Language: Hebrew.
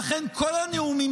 לכן, כל הנאומים